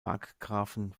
markgrafen